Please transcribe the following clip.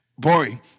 Boy